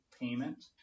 payment